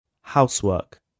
Housework